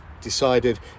decided